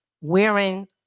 wearing